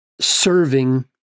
serving